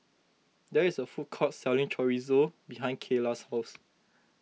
there is a food court selling Chorizo behind Keila's house